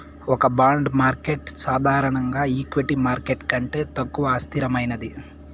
ఒక bond market సాధారణంగా equity market కంటే తక్కువ అస్థిరమైనది